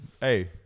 Hey